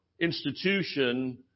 institution